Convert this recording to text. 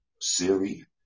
Siri